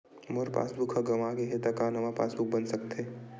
मोर passbook ह गंवा गे हे त का नवा पास बुक बन सकथे?